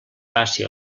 faci